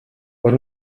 por